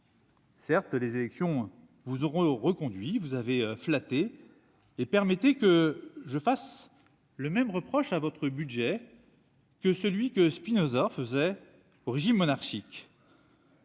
Certes, les élections vous auront reconduit, vous avez flatté et permettez que je fasse le même reproche à votre budget que celui que Spinoza faisait au régime monarchique,